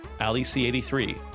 AliC83